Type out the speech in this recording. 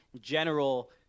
general